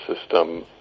system